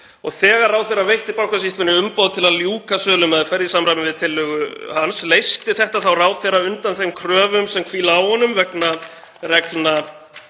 Þegar ráðherra veitti Bankasýslunni umboð til að ljúka sölumeðferð í samræmi við tillögu hans, leysti þetta þá ráðherra undan þeim kröfum sem hvíla á honum vegna reglna